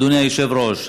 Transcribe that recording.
אדוני היושב-ראש,